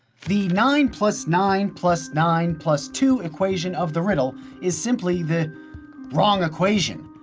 the nine plus nine plus nine plus two equation of the riddle is simply the wrong equation.